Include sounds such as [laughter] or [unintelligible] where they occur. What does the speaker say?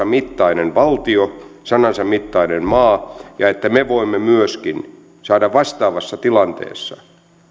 [unintelligible] mittainen valtio sanansa mittainen maa ja että me voimme myöskin saada vastaavassa tilanteessa